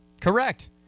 correct